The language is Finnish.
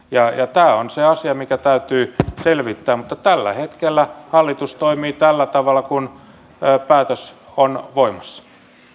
tämä on se asia mikä täytyy selvittää mutta tällä hetkellä hallitus toimii tällä tavalla kun päätös on voimassa pyydän